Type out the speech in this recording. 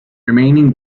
remaining